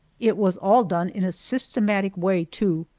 it was all done in a systematic way, too,